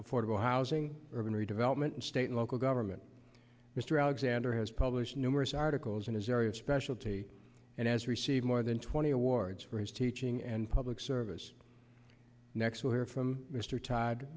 affordable housing urban redevelopment and state and local government mr alexander has published numerous articles in his area of specialty and has received more than twenty awards for his teaching and public service next we'll hear from m